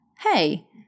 hey